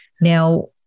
Now